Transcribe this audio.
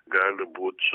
gali būt